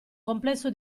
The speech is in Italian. complesso